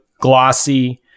glossy